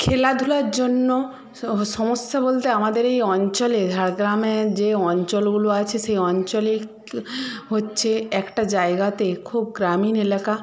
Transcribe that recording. খেলাধূলার জন্য সমস্যা বলতে আমাদের এই অঞ্চলে ঝাড়গ্রামে যে অঞ্চলগুলো আছে সেই অঞ্চলে হচ্ছে একটা জায়গাতে খুব গ্রামীণ এলাকা